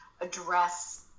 address